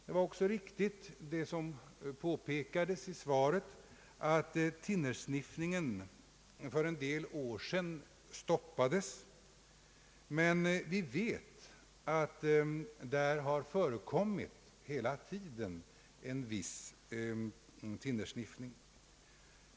Det var också riktigt som påpekades i svaret att thinnersniffningen för en del år sedan stoppades, men vi vet att viss thinnersniffning hela tiden har fö rekommit.